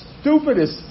stupidest